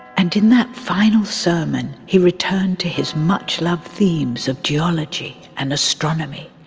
and in that final sermon he returned to his much loved themes of geology and astronomy,